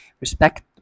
respect